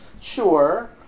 Sure